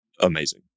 Amazing